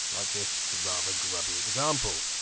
like this rather grubby example.